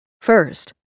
First